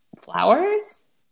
flowers